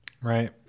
Right